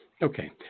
Okay